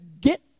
get